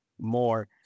more